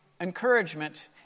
encouragement